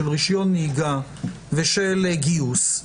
של רישיון נהיגה ושל גיוס,